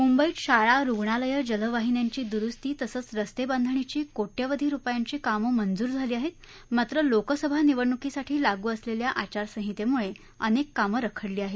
मुंबईत शाळा रुग्णालये जलवाहिन्यांची दुरुस्ती तसेच रस्तेबांधणीची कोट्यवधी रुपयांची कामे मंजूर झाली आहेत मात्र लोकसभा निवडणुकीसाठी लागू असलेल्या आचारसंहितेमुळे अनेक कामे रखडली आहेत